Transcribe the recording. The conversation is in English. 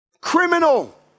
Criminal